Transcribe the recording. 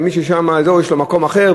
ומי ששם יש לו מקום אחר,